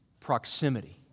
proximity